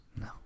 No